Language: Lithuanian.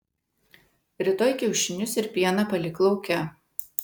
rytoj kiaušinius ir pieną palik lauke